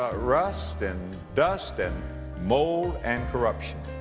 ah rust and dust and mold and corruption.